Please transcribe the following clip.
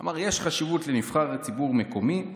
הוא אמר: יש חשיבות לנבחר ציבור מקומי,